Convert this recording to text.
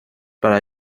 para